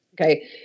Okay